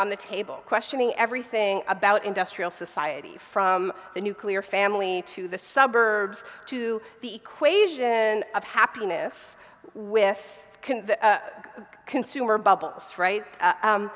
on the table questioning everything about industrial society from the nuclear family to the suburbs to the equation of happiness with consumer bubbles